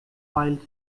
files